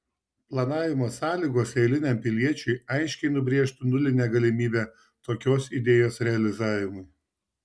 planavimo sąlygos eiliniam piliečiui aiškiai nubrėžtų nulinę galimybę tokios idėjos realizavimui